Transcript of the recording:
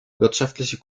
wirtschaftliche